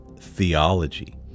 theology